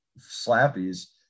slappies